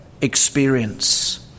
experience